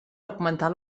augmentar